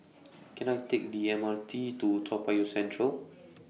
Can I Take The M R T to Toa Payoh Central